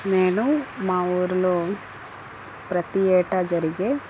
నేను మా ఊరిలో ప్రతి ఏటా జరిగే